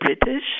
British